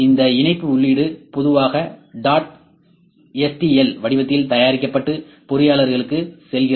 இந்த இணைப்பு உள்ளீடு பொதுவாக "dot stl" வடிவத்தில் தயாரிக்கப்பட்டு பொறியியலாளர்களுக்கு செல்கிறது